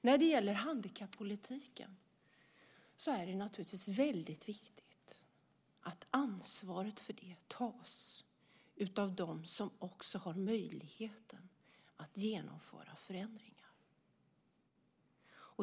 När det gäller handikappolitiken är det naturligtvis väldigt viktigt att ansvaret för den tas av dem som också har möjligheten att genomföra förändringar.